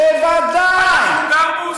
בוודאי.